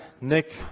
Nick